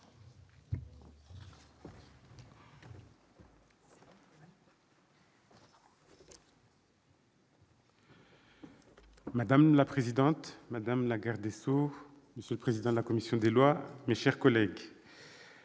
Madame la présidente, madame la garde des sceaux, monsieur le président de la commission des lois, mes chers collègues,